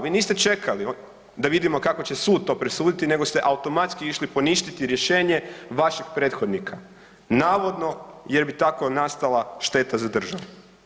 Vi niste čekali da vidimo kako će sud to presuditi nego ste automatski išli poništiti rješenje vašeg prethodnika navodno jer bi tako nastala šteta za državu.